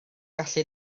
gallu